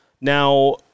Now